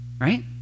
Right